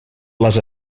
les